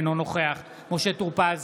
אינו נוכח משה טור פז,